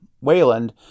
Wayland